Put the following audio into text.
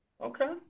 Okay